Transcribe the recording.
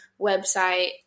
website